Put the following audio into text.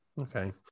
Okay